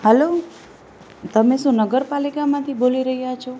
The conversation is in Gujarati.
હલો તમે શું નગર પાલિકામાંથી બોલી રહ્યા છો